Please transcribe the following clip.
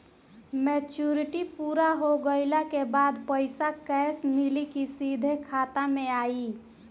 Maturity पूरा हो गइला के बाद पईसा कैश मिली की सीधे खाता में आई?